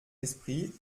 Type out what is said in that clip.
esprit